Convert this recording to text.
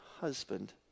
husband